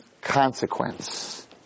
consequence